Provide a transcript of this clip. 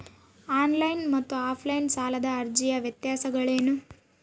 On line ಮತ್ತು offline ಸಾಲದ ಅರ್ಜಿಯ ವ್ಯತ್ಯಾಸಗಳೇನು?